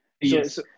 Yes